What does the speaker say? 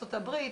ארצות הברית,